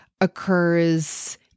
occurs